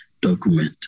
document